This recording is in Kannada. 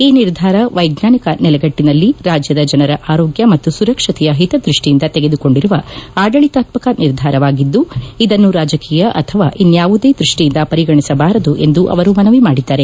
ಈ ನಿರ್ಧಾರ ವೈಜ್ಞಾನಿಕ ನೆಲೆಗಟ್ಟನಲ್ಲಿ ರಾಜ್ಯದ ಜನರ ಆರೋಗ್ಯ ಮತ್ತು ಸುರಕ್ಷತೆಯ ಹಿತದೃಷ್ಟಿಯಿಂದ ತೆಗೆದುಕೊಂಡಿರುವ ಅಡಳಿತಾತ್ಮಕ ನಿರ್ಧಾರವಾಗಿದ್ದು ಇದನ್ನು ರಾಜಕೀಯ ಅಥವಾ ಇನ್ಯಾವುದೇ ದೃಷ್ಟಿಯಿಂದ ಪರಿಗಣಿಸಬಾರದು ಎಂದು ಅವರು ಮನವಿ ಮಾಡಿದ್ದಾರೆ